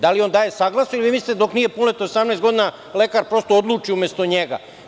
Da li on daje saglasnost ili vi mislite, dok nije punoletan, do 18 godina da lekar prosto odluči umesto njega?